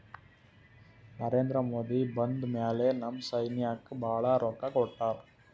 ನರೇಂದ್ರ ಮೋದಿ ಬಂದ್ ಮ್ಯಾಲ ನಮ್ ಸೈನ್ಯಾಕ್ ಭಾಳ ರೊಕ್ಕಾ ಕೊಟ್ಟಾರ